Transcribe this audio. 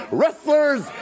wrestlers